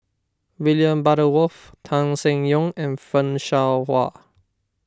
William Butterworth Tan Seng Yong and Fan Shao Hua